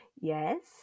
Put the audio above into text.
Yes